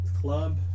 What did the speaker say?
Club